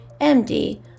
MD